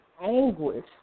anguish